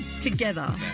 together